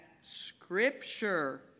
scripture